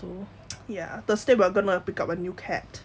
ya thursday we're gonna pick up a new cat